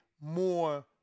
more